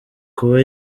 kuba